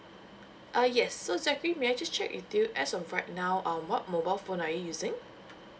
uh yes so zachary may I just check with you as of right now um what mobile phone are you using